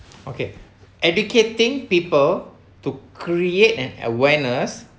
okay educating people to create an awareness